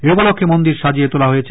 এ উপলক্ষে মন্দির সাজিয়ে তোলা হয়েছে